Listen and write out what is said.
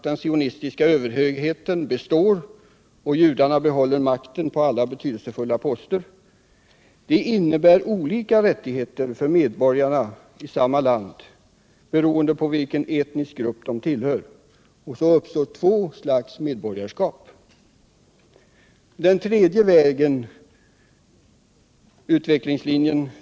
Den sionistiska överhögheten består och judarna behåller makten på alla betydelsefulla poster. Det innebär olika rättigheter för medborgare i samma land, beroende på vilken etnisk grupp de tillhör. Två slags medborgarskap uppstår. 3.